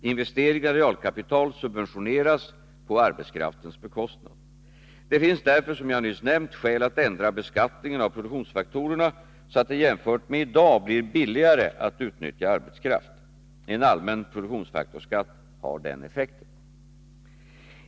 Investeringar i realkapital subventionernas på arbetskraftens bekostnad. Det finns därför, som jag nyss nämnt, skäl att ändra beskattningen av produktionsfaktorerna, så att det jämfört med i dag blir billigare att utnyttja arbetskraft. En allmän produktionsfaktorsskatt har denna effekt.